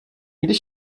když